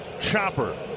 Chopper